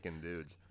dudes